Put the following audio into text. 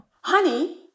Honey